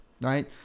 Right